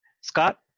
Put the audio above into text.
Scott